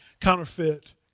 counterfeit